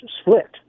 split